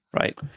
right